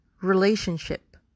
relationship